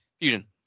Fusion